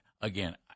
again